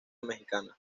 mexicana